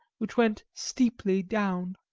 which went steeply down.